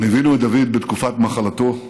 ליווינו את דוד בתקופת מחלתו.